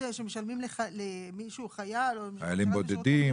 שמשלמים למישהו שהוא חייל --- חיילים בודדים,